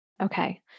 Okay